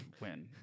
win